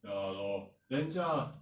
ya lor then 将